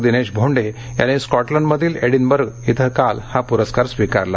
दिनेश भोंडे यांनी स्कॉ मंडमधील डिनबर्ग इथं काल हा पुरस्कार स्वीकारला